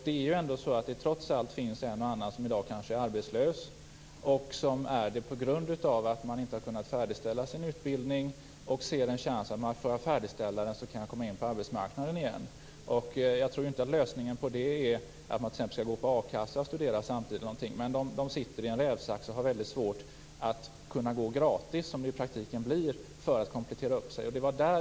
Det finns ju trots allt en och annan som i dag är arbetslös på grund av att de inte har kunnat slutföra sin utbildning och som ser en chans att slutföra den för att sedan komma in på arbetsmarknaden igen. Jag tror inte att lösningen är att man t.ex. skall ha a-kassa och studera samtidigt. Men de här människorna sitter i en rävsax och har väldigt svårt att kunna göra detta gratis, som det ju i praktiken blir, för att komplettera sina utbildningar.